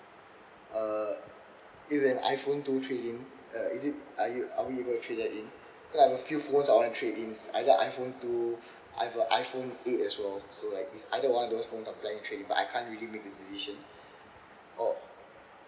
err is an iphone two trade in uh is it are y~ are we able to trade that in because I have few phones I want to trade in is either iphone two I've a iphone eight as well so like is either one of those phones I'm planning to trade in but I can't really make the decision or